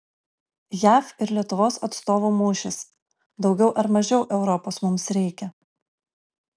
jav ir lietuvos atstovų mūšis daugiau ar mažiau europos mums reikia